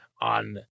on